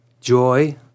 joy